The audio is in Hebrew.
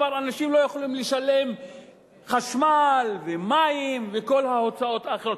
כבר אנשים לא יכולים לשלם חשמל ומים וכל ההוצאות האחרות?